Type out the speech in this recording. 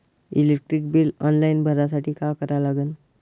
Electric bill online भरासाठी का करा लागन?